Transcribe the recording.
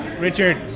Richard